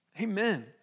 Amen